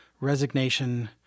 resignation